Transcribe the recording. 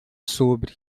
sobre